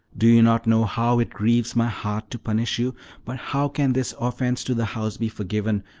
do you not know how it grieves my heart to punish you but how can this offense to the house be forgiven,